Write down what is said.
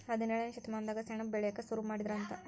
ಹದಿನೇಳನೇ ಶತಮಾನದಾಗ ಸೆಣಬ ಬೆಳಿಯಾಕ ಸುರು ಮಾಡಿದರಂತ